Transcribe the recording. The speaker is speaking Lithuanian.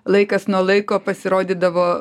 laikas nuo laiko pasirodydavo